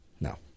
No